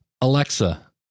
Alexa